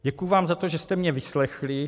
Děkuju vám za to, že jste mě vyslechli.